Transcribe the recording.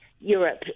Europe